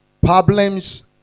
problems